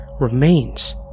remains